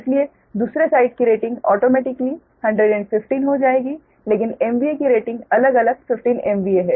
इसलिए दूसरे साइड की रेटिंग ऑटोमेटिकली 115 हो जाएगी लेकिन MVA की रेटिंग अलग अलग 15 MVA है